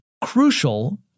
crucial